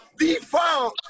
defund